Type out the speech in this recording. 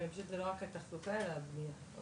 פשוט זה לא רק התחזוקה, אלא עוד דברים.